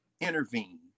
intervene